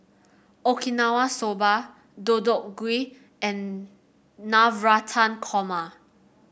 Okinawa Soba Deodeok Gui and Navratan Korma